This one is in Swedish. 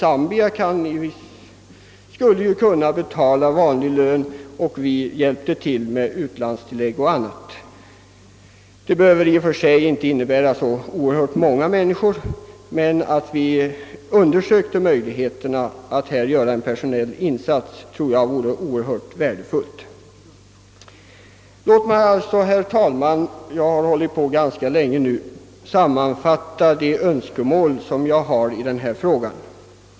Zambia skulle kunna betala vanlig lön medan vi hjälper till med utlandstillägg och dylikt. Det behöver kanske inte bli fråga om så många personer. Låt mig, herr talman, sammanfatta de önskemål som jag har i denna fråga: 1.